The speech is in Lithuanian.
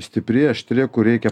stipri aštri kur reikia